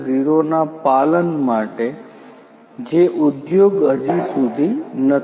0 ના પાલન માટે જે ઉદ્યોગ હજી સુધી નથી